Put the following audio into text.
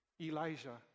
Elijah